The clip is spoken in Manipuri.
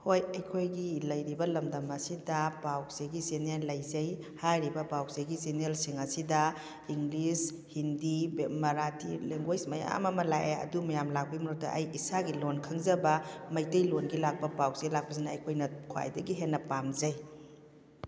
ꯍꯣꯏ ꯑꯩꯈꯣꯏꯒꯤ ꯂꯩꯔꯤꯕ ꯂꯝꯗꯝ ꯑꯁꯤꯗ ꯄꯥꯎ ꯆꯦꯒꯤ ꯆꯦꯅꯦꯜ ꯂꯩꯖꯩ ꯍꯥꯏꯔꯤꯕ ꯄꯥꯎ ꯆꯦꯒꯤ ꯆꯦꯅꯦꯜꯁꯤꯡ ꯑꯁꯤꯗ ꯏꯪꯂꯤꯁ ꯍꯤꯟꯗꯤ ꯃꯔꯥꯊꯤ ꯂꯦꯡꯒ꯭ꯋꯦꯁ ꯃꯌꯥꯝ ꯑꯃ ꯂꯥꯛꯑꯦ ꯑꯗꯨ ꯌꯥꯝ ꯂꯥꯛꯄꯩ ꯃꯍꯨꯠꯇ ꯑꯩ ꯏꯁꯥꯒꯤ ꯂꯣꯟ ꯈꯪꯖꯕ ꯃꯩꯇꯩꯂꯣꯟꯒꯤ ꯂꯥꯛꯄ ꯄꯥꯎ ꯆꯦ ꯂꯥꯛꯄꯁꯤꯅ ꯑꯩꯈꯣꯏꯅ ꯈ꯭ꯋꯥꯏꯗꯒꯤ ꯍꯦꯟꯅ ꯄꯥꯝꯖꯩ